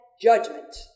judgment